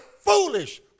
foolish